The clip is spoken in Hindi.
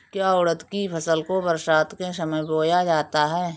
क्या उड़द की फसल को बरसात के समय बोया जाता है?